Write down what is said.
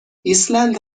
ایسلند